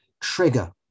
trigger